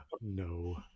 No